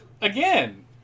again